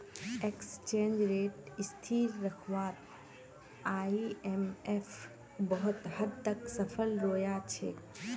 exchange rate स्थिर रखवात IMF बहुत हद तक सफल रोया छे